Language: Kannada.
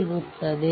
ಸಿಗುತ್ತದೆ